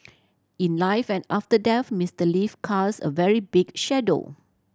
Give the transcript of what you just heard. in life and after death Mister Lee cast a very big shadow